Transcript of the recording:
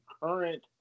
current